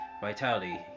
vitality